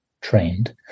trained